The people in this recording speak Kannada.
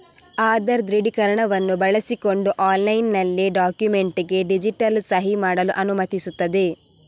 ಆಧಾರ್ ದೃಢೀಕರಣವನ್ನು ಬಳಸಿಕೊಂಡು ಆನ್ಲೈನಿನಲ್ಲಿ ಡಾಕ್ಯುಮೆಂಟಿಗೆ ಡಿಜಿಟಲ್ ಸಹಿ ಮಾಡಲು ಅನುಮತಿಸುತ್ತದೆ